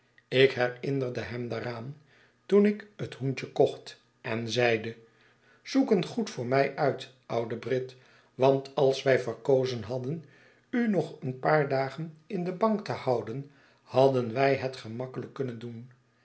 ik herinnerde hem daaraan toen ik het hoentje kocht en zeide zoek een goed voor mij uit oude brit want als wij verkozen hadden u nog een paar dagen in de bank te houden hadden wij het gemakkelyk kunnen doen